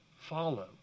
follow